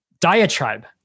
Diatribe